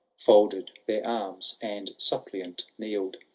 folded their arms, and suppliant kneerd.